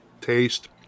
taste